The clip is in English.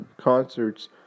concerts